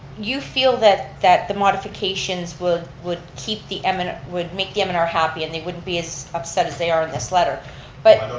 you feel that that the modifications would would keep the, um and would make the um and mnr happy, and they wouldn't be as upset as they are in this letter but